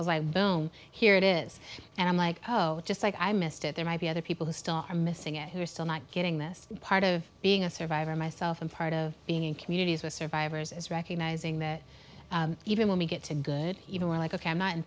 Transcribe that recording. was i boom here it is and i'm like oh just like i missed it there might be other people who still are missing it who are still not getting this part of being a survivor myself and part of being in communities with survivors is recognizing that even when we get to good evil we're like ok i'm not in